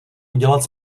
udělat